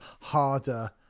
harder